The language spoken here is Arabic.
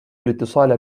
الإتصال